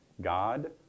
God